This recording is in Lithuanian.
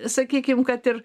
sakykim kad ir